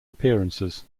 appearances